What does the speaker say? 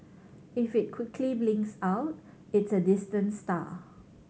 if it quickly blinks out it's a distant star